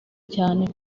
cyane